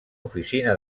oficina